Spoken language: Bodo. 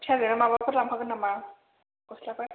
फिसाजोनो माबाफोर लांफागोन नामा गस्लाफोर